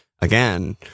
again